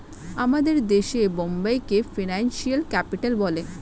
আমাদের দেশে বোম্বেকে ফিনান্সিয়াল ক্যাপিটাল বলে